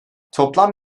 toplam